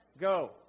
go